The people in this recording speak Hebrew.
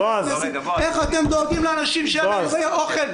איך אתם דואגים לאנשים שיהיה להם אוכל,